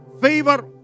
Favor